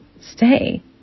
stay